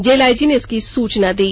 jail IG ने इसकी सूचना दी